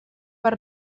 per